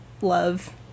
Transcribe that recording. love